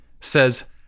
says